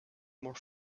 more